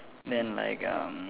then like uh